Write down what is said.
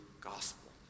Gospel